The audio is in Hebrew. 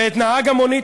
ואת נהג המונית.